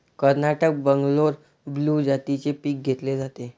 कर्नाटकात बंगलोर ब्लू जातीचे पीक घेतले जाते